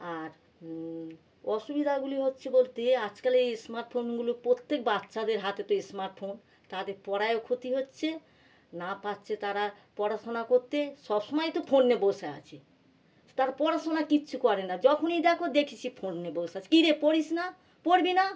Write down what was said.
আর অসুবিধাগুলি হচ্ছে বলতে আজকাল এই স্মার্টফোনগুলো প্রত্যেক বাচ্চাদের হাতেতে স্মার্টফোন তাদের পড়ায়ও ক্ষতি হচ্ছে না পাচ্ছে তারা পড়াশোনা করতে সব সমায় তো ফোন নিয়ে বসে আছে তার পড়াশোনা কিচ্ছু করে না যখনই দেখো দেখি সে ফোন নিয়ে বসে আছে কী রে পড়িস না পড়বি না